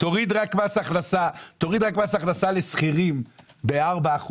תוריד רק מס הכנסה לשכירים ב-4%,